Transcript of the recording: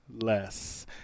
less